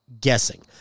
guessing